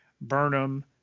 Burnham